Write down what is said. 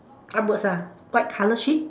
upwards ah white color sheet